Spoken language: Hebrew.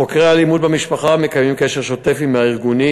חוקרי האלימות במשפחה מקיימים קשר שוטף עם הארגונים,